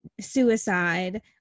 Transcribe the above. suicide